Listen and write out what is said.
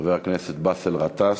חבר הכנסת באסל גטאס,